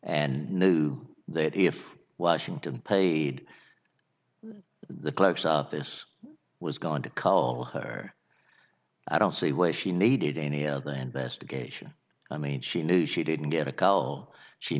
and knew that if washington paid the clerk's office was going to call her i don't see why she needed any other investigation i mean she knew she didn't get a call she